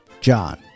John